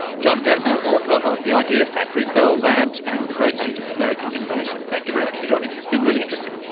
jon gertner, author of the idea factory bell labs and the great age of american innovation, thank you very much for joining us, it's been really interesting.